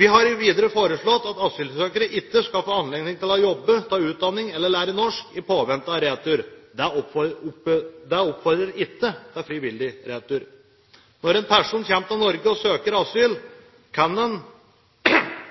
Vi har videre foreslått at asylsøkere ikke skal få anledning til å jobbe, ta utdanning eller lære norsk i påvente av retur. Det oppfordrer ikke til frivillig retur. Når en person kommer til Norge og søker asyl, kan han eller hun etter en